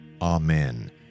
Amen